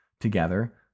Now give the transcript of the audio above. together